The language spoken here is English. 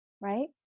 right